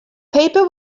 paper